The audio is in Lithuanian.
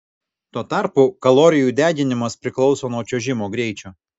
tuo tarpu kalorijų deginimas priklauso nuo čiuožimo greičio